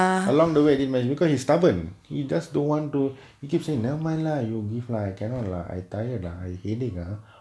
along the way did my because he's stubborn you just don't want to if gives say never mind lah you give lah cannot lah I tired ah I headache ah